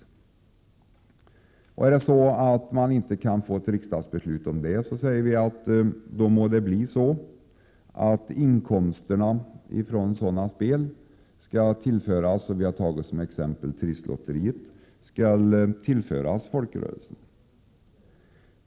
Vi säger att om man inte kan få ett riksdagsbeslut om det, så må det bli så att inkomsterna från sådana spel, t.ex. Trisslotteriet, skall tillföras folkrörelserna.